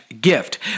gift